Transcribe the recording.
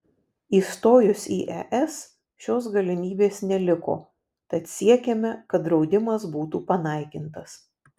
įstojus į es šios galimybės neliko tad siekiame kad draudimas būtų panaikintas